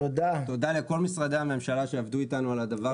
תודה לכל משרדי הממשלה שעבדו איתנו על הדבר הזה.